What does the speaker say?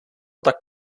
tak